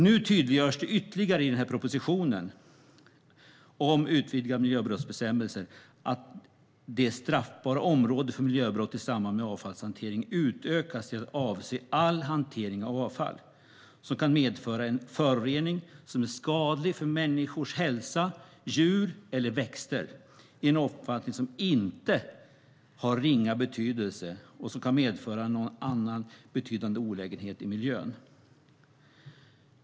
Nu tydliggörs det ytterligare i propositionen om utvidgad miljöbrottsbestämmelse att det straffbara området för miljöbrott i samband med avfallshantering utökas till att avse all hantering av avfall som kan medföra en förorening som är skadlig för människors hälsa, djur eller växter i en omfattning som inte har ringa betydelse eller som kan medföra någon annan betydande olägenhet i miljön.